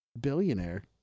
billionaire